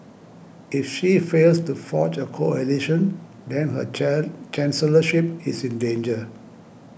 if she fails to forge a coalition then her Chan chancellorship is in danger